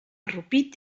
rupit